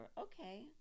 okay